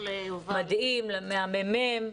מדהים מהממ"מ.